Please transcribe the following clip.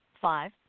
five